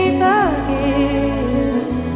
forgiven